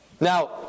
Now